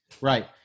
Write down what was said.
right